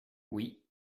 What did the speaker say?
oui